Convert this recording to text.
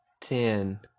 Ten